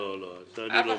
לא, לא, זה אני לא מסכים.